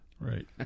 Right